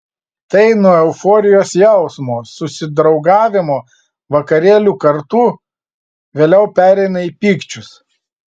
tai nuo euforijos jausmo susidraugavimo vakarėlių kartu vėliau pereina į pykčius